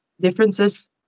differences